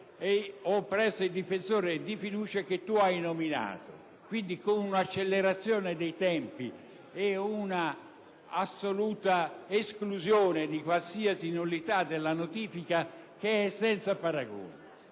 o presso il difensore di fiducia che hai nominato». Si determina in tal modo un'accelerazione dei tempi e un'assoluta esclusione di qualsiasi nullità della notifica che è senza paragoni.